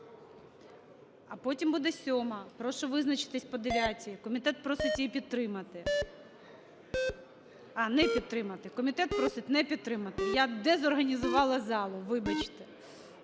А потім буде 7-а. Прошу визначитися по 9-й, комітет просить її підтримати. А, не підтримати. Комітет просить не підтримати. Я дезорганізувала залу. Вибачте.